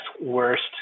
worst